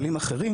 למטופלים אחרים.